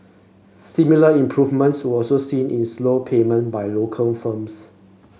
similar improvements were also seen in slow payment by local firms